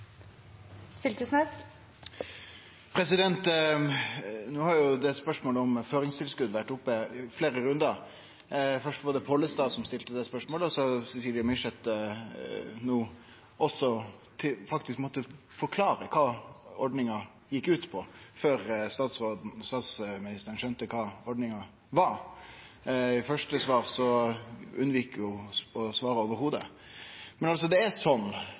har jo spørsmålet om føringstilskot vore oppe i fleire rundar. Først var det Pollestad som stilte det spørsmålet, og så Cecilie Myrseth no, som faktisk måtte forklare kva ordninga gjekk ut på før statsministeren skjønte kva ordninga var. I første svar vik ho unna å svare i det heile. Men vi har frå fiskesalslaga kva som skjer dersom ein fjernar føringstilskotet, som er